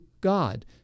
God